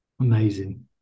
Amazing